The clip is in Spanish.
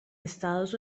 estados